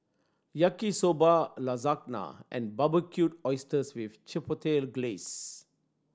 Yaki Soba Lasagna and Barbecued Oysters with Chipotle Glaze